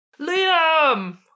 Liam